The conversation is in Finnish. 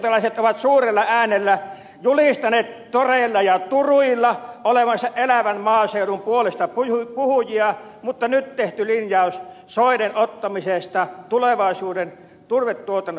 keskustalaiset ovat suurella äänellä julistaneet toreilla ja turuilla olevansa elävän maaseudun puolestapuhujia mutta nyt tehty linjaus soiden ottamisesta tulevaisuuden turvetuotannosta pois